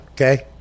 okay